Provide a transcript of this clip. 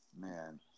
Man